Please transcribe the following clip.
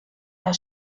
der